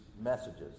messages